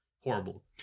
horrible